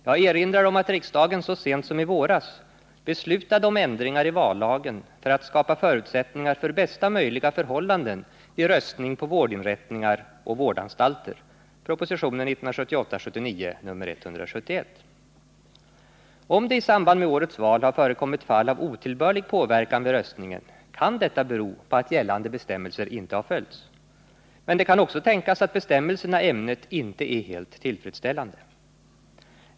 Jag erinrar om att riksdagen så sent som i våras beslutade om ändringar i vallagen för att skapa förutsättningar för bästa Om det i samband med årets val har förekommit fall av otillbörlig påverkan vid röstningen, kan detta bero på att gällande bestämmelser inte har följts. Men det kan också tänkas att bestämmelserna i ämnet inte är helt tillfredsställande.